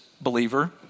believer